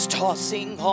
tossing